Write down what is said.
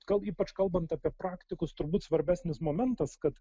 gal ypač kalbant apie praktikus turbūt svarbesnis momentas kad